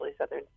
southern